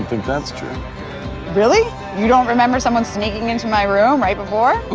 but really? you don't remember someone sneaking into my room right before